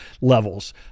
levels